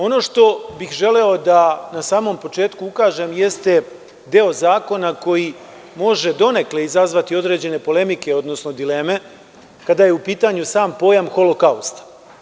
Ono što bih želeo da na samom početku ukažem jeste deo zakona koji može donekle izazvati određene polemike, odnosno dileme kada je u pitanju sam pojam holokausta.